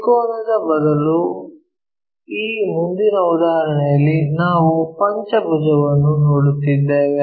ತ್ರಿಕೋನದ ಬದಲು ಈ ಮುಂದಿನ ಉದಾಹರಣೆಯಲ್ಲಿ ನಾವು ಪಂಚಭುಜವನ್ನು ನೋಡುತ್ತಿದ್ದೇವೆ